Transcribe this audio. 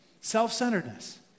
Self-centeredness